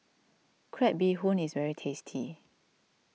Crab Bee Hoon is very tasty